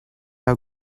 how